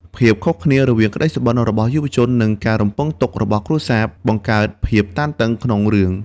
ភាពខុសគ្នារវាងក្តីសុបិន របស់យុវជននិងការរំពឹងទុករបស់គ្រួសារបង្កើតភាពតានតឹងក្នុងរឿង។